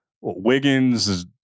Wiggins